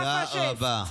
תודה, תודה רבה.